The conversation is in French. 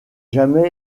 jamais